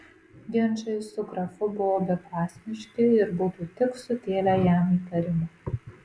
ginčai su grafu buvo beprasmiški ir būtų tik sukėlę jam įtarimą